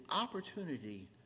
opportunity